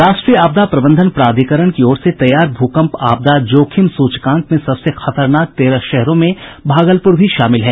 राष्ट्रीय आपदा प्रबंधन प्राधिकरण की ओर से तैयार भूकंप आपदा जोखिम सूचकांक में सबसे खतरनाक तेरह शहरों में भागलपुर भी शामिल है